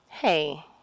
hey